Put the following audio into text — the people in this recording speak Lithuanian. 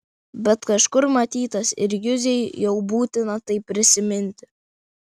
bet kažkur matytas ir juzei jau būtina tai prisiminti